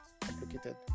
complicated